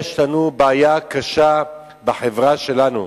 יש לנו בעיה קשה בחברה שלנו,